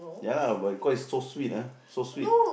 ya lah but because is so sweet ah so sweet